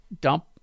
Dump